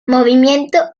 movimiento